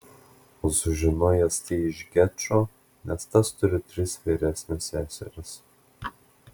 o sužinojęs tai iš gečo nes tas turi tris vyresnes seseris